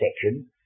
section